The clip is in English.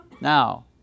Now